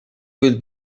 will